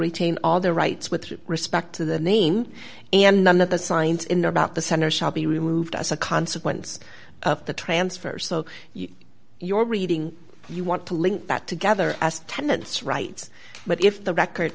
retain all the rights with respect to the name and none of the signs in there about the center shall be removed as a consequence of the transfer so your reading you want to link that together as tenants rights but if the record